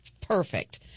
Perfect